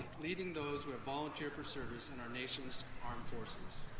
leading those who have volunteered for service in our nation's armed forces.